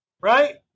right